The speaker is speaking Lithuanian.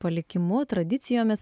palikimu tradicijomis